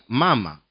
mama